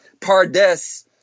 Pardes